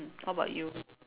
how about you